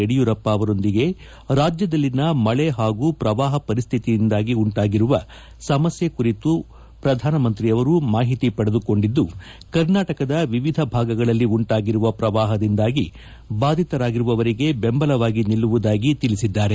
ಯದಿಯೂರಪ್ಪ ಅವರೊಂದಿಗೆ ರಾಜ್ಯದಲ್ಲಿನ ಮಳೆ ಹಾಗೂ ಪ್ರವಾಹ ಪರಿಸ್ಥಿತಿಯಿಂದಾಗಿ ಉಂಟಾಗಿರುವ ಸಮಸ್ಯೆ ಕುರಿತು ಮಾಹಿತಿ ಪಡೆದುಕೊಂಡಿದ್ದು ಕರ್ನಾಟಕದ ವಿವಿಧ ಭಾಗಗಳಲ್ಲಿ ಉಂಟಾಗಿರುವ ಪ್ರವಾಹದಿಂದಾಗಿ ಬಾಧಿತರಾಗಿರುವವರಿಗೆ ಬೆಂಬಲವಾಗಿ ನಿಲ್ಲುವುದಾಗಿ ತಿಳಿಸಿದ್ದಾರೆ